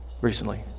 recently